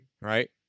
right